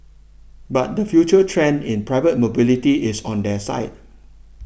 but the future trend in private mobility is on their side